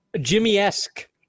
Jimmy-esque